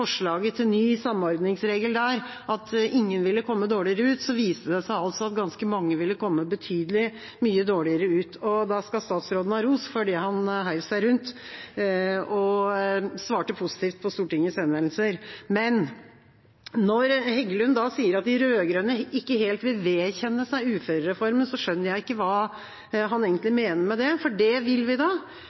at ingen ville komme dårligere ut, men at det altså viste seg at ganske mange ville komme betydelig mye dårligere ut, skal statsråden ha ros for at han hev seg rundt og svarte positivt på Stortingets henvendelse. Men når Heggelund sier at de rød-grønne ikke helt vil vedkjenne seg uførereformen, skjønner jeg egentlig ikke hva han mener med det, for det vil vi.